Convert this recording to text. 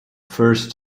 first